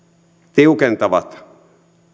tiukentavat